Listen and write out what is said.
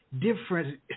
different